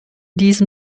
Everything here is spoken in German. diesem